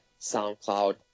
SoundCloud